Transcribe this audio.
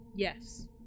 yes